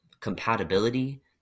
compatibility